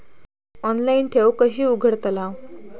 Online ठेव कशी उघडतलाव?